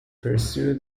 pursue